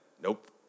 nope